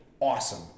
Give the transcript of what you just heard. awesome